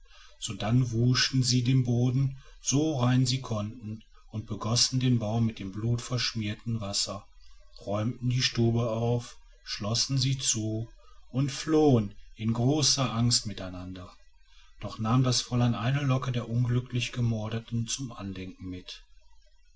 sodann wuschen sie den boden so rein sie konnten und begossen den baum mit dem blutverschmierten wasser räumten die stube auf schlossen sie zu und flohen in großer angst miteinander doch nahm das fräulein eine locke der unglücklichen gemordeten zum andenken mit